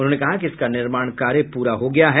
उन्होंने कहा कि इसका निर्माण कार्य पूरा हो गया है